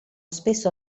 spesso